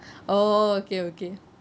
oh okay okay